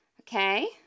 Okay